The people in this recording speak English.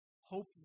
Hope